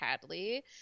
Hadley